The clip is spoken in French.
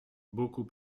beaucoup